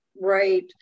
right